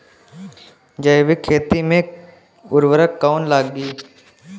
जैविक खेती मे उर्वरक कौन लागी?